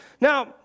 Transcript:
Now